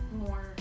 more